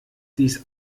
dies